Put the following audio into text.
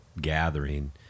gathering